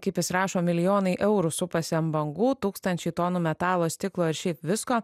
kaip jis rašo milijonai eurų supasi ant bangų tūkstančiai tonų metalo stiklo ir šiaip visko